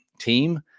team